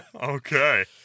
Okay